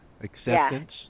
acceptance